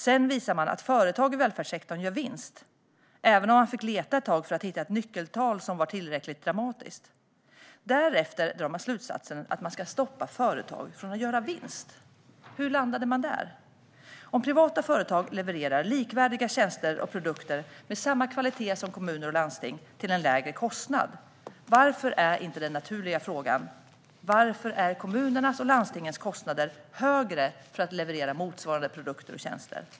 Sedan visar man att företag i välfärdssektorn gör vinst, även om man fick leta ett tag för att hitta ett nyckeltal som var tillräckligt dramatiskt. Därefter drar man slutsatsen att man ska stoppa företag från att göra vinst. Hur landade man där? Om privata företag levererar likvärdiga tjänster och produkter med samma kvalitet som kommuner och landsting till en lägre kostnad, varför är då inte den naturliga frågan: Varför är kommunernas och landstingens kostnader högre för att leverera motsvarande produkter och tjänster?